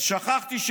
אז שכחתי,